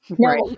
Right